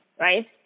right